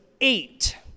eight